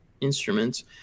instruments